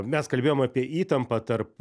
mes kalbėjom apie įtampą tarp